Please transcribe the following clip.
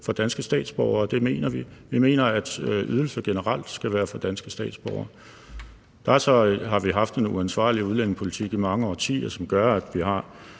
for danske statsborgere. Det mener vi. Vi mener, at ydelser generelt skal være for danske statsborgere. Nu har vi så haft en uansvarlig udlændingepolitik i mange årtier, som gør, at vi har